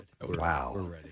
Wow